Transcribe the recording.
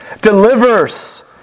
delivers